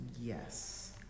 Yes